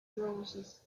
roses